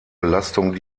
belastung